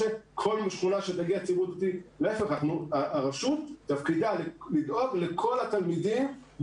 תפקיד הרשות לדאוג לכל התלמידים,